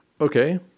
okay